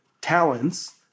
talents